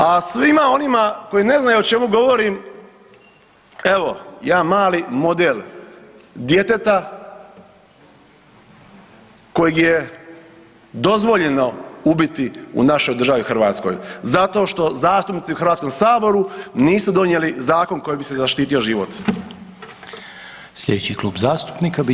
A svima onima koji ne znaju o čemu govorim, evo, jedan mali model djeteta kojeg je dozvoljeno ubiti u našoj državi Hrvatskoj zato što zastupnici u HS-u nisu donijeli zakon kojim bi se zaštitio život.